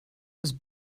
was